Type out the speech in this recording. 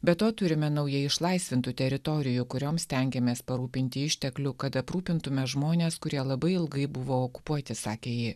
be to turime naujai išlaisvintų teritorijų kurioms stengiamės parūpinti išteklių kad aprūpintume žmones kurie labai ilgai buvo okupuoti sakė ji